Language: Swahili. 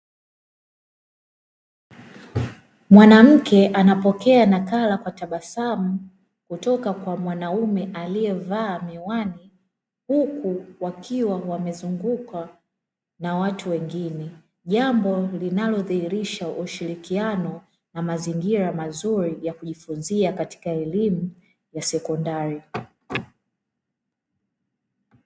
Mwanamke anapokea nakala kwa tabasamu kutoka kwa mwanamume aliyevaa miwani huku wakiwa wamezungukwa na watu wengine jambo linalodhihirisha ushirikiano na mazingira ya mazuri ya kujifunza katika elimu ya sekondari.